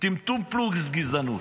טמטום פלוס גזענות.